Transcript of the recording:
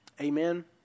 Amen